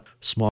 small